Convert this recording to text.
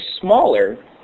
smaller